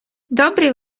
добрий